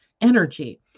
energy